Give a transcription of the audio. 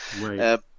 Right